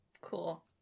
Cool